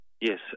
yes